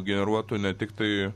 generuotų ne tiktai